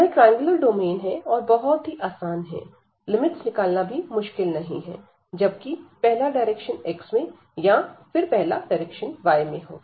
यह triangular domain है और बहुत ही आसान है लिमिट्स निकालना भी मुश्किल नहीं है जबकि पहला डायरेक्शन x में या फिर पहला डायरेक्शन y में हो